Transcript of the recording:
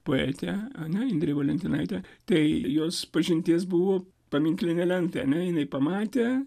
poetę ar ne indrę valentinaitę tai jos pažintis buvo paminklinė lenta ar ne jinai pamatė